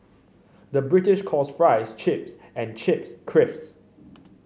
the British calls fries chips and chips creeps